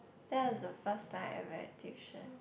that was the first time I went tuition